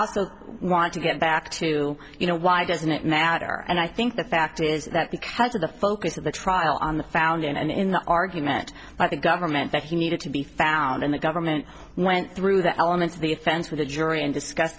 also want to get back to you know why it doesn't matter and i think the fact is that because of the focus of the trial on the founding and in the argument by the government that he needed to be found and the government went through the elements of the offense with the jury and discuss